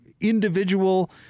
individual—